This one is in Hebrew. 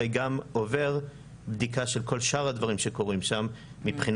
הרי גם עובר בדיקה של כל שאר הדברים שקורים שם מבחינת